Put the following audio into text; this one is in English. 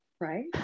right